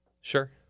sure